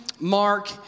Mark